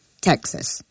Texas